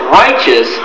righteous